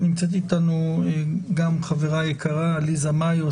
נמצאת איתנו גם חברה יקרה, עליזה מאיו,